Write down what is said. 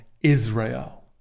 Israel